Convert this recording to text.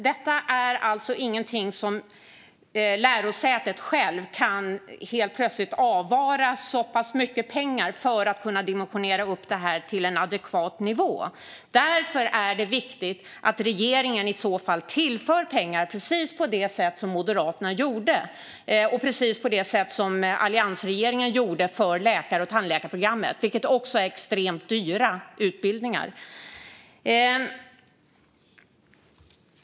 Det är alltså ingenting som lärosätet själv kan ordna; man kan inte helt plötsligt avvara så mycket pengar att man kan dimensionera upp detta till en adekvat nivå. Därför är det viktigt att regeringen i så fall tillför pengar, precis som Moderaterna gjorde - och precis som alliansregeringen gjorde när det gällde läkar och tandläkarprogrammet, vilket också är extremt dyra utbildningar.